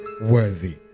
worthy